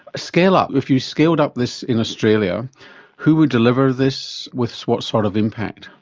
scaled up, if you scaled up this in australia who would deliver this with what sort of impact?